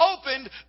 opened